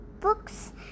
books